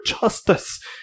justice